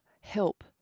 help